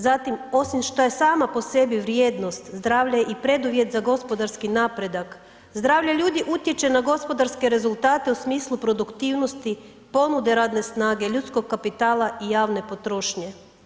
Zatim, osim što je sama po sebi vrijednost, zdravlje i preduvjet za gospodarski napredak, zdravlje ljudi utječe na gospodarske rezultate u smislu produktivnosti, ponude radne snage, ljudskog kapitala i javne potrošnje.